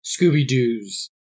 Scooby-Doo's